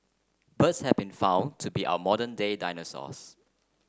birds have been found to be our modern day dinosaurs